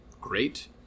great